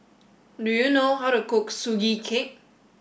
do you know how to cook Sugee Cake